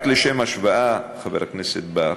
רק לשם השוואה, חבר הכנסת בר,